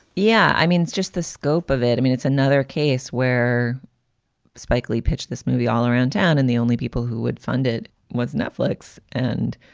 yeah. i mean, it's just the scope of it. i mean, it's another case where spike lee pitched this movie all around town and the only people who would fund it was netflix. and